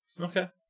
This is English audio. Okay